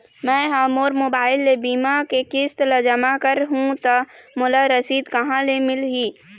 मैं हा मोर मोबाइल ले बीमा के किस्त ला जमा कर हु ता मोला रसीद कहां ले मिल ही?